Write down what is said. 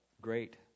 great